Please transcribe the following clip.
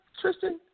Tristan